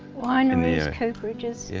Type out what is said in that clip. wineries, cooperage's,